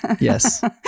Yes